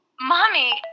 Mommy